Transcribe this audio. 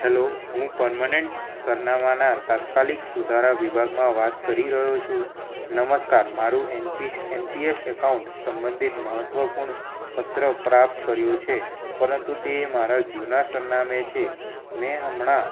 hello હું permanent સરનામાના તાત્કાલિક સુધારા વિભાગમાં વાત કરી રહ્યો છું નમસ્કાર મારું એનપીએસ અકાઉન્ટ સબંધિત મહત્ત્વપૂર્ણ પત્ર પ્રાપ્ત કર્યું છે પરંતુ તે મારા જૂનાં સરનામે છે મેં હમણાં